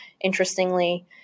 interestingly